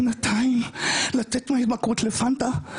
שנתיים לצאת מההתמכרות לפנטה,